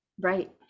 Right